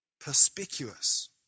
perspicuous